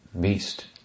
beast